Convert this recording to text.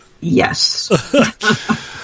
yes